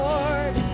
Lord